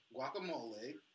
Guacamole